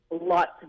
lots